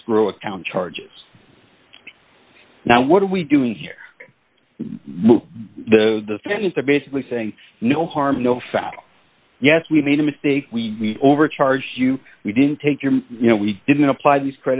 escrow account charges now what are we doing here the defense is they're basically saying no harm no foul yes we made a mistake we overcharged you we didn't take your you know we didn't apply these